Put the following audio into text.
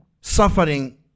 suffering